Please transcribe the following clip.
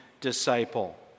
disciple